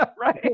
Right